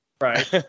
Right